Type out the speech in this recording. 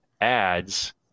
ads